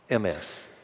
MS